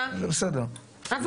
מה